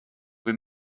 kui